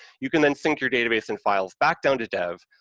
you can then sync your database and files back down to dev,